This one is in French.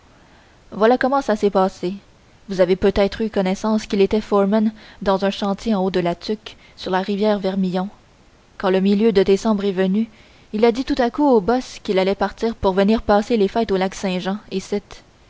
voilà comment ça s'est passé vous avez peut-être eu connaissance qu'il était foreman dans un chantier en haut de la tuque sur la rivière vermillon quand le milieu de décembre est venu il a dit tout à coup au boss qu'il allait partir pour venir passer les fêtes au lac